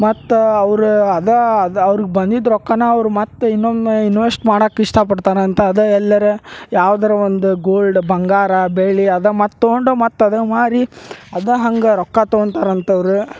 ಮತ್ತು ಅವ್ರು ಅದಾ ಅದು ಅವ್ರಿಗೆ ಬಂದಿದ್ದ ರೊಕ್ಕನ ಅವ್ರು ಮತ್ತೆ ಇನ್ನೊಮ್ಮೆ ಇನ್ವೆಸ್ಟ್ ಮಾಡಕ್ಕೆ ಇಷ್ಟಪಡ್ತಾರಂತ ಅದ ಎಲ್ಲರ ಯಾವ್ದಾರ ಒಂದು ಗೋಲ್ಡ್ ಬಂಗಾರ ಬೆಳ್ಳಿ ಅದ ಮತ್ತೆ ತೊಗೊಂಡು ಮತ್ತೆ ಅದ ಮಾರಿ ಅದ ಹಂಗೆ ರೊಕ್ಕ ತಗೋತಾರಂತ ಅವ್ರು